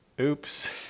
Oops